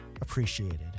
appreciated